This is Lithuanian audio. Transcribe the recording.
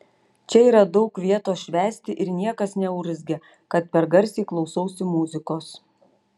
čia yra daug vietos švęsti ir niekas neurzgia kad per garsiai klausausi muzikos